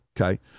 Okay